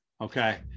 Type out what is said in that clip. Okay